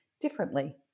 differently